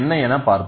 என பார்ப்போம்